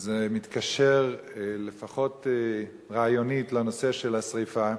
וזה מתקשר, לפחות רעיונית, לנושא של השרפה.